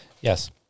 Yes